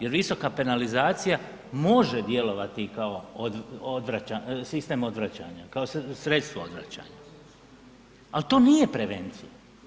Jer visoka penalizacija može djelovati i kao odvraćanje, sistem odvraćanja, kao sredstvo odvraćanja, ali to nije prevencija.